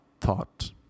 thought